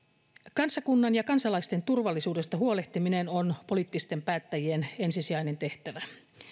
kansakunnan ja kansalaisten turvallisuudesta huolehtiminen on poliittisten päättäjien ensisijainen tehtävä